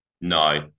No